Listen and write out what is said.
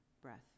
breath